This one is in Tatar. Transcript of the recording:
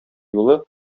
юлы